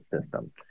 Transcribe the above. system